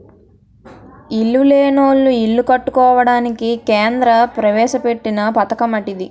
ఇల్లు లేనోళ్లు ఇల్లు కట్టుకోవడానికి కేంద్ర ప్రవేశపెట్టిన పధకమటిది